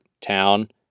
Town